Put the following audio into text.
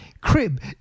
crib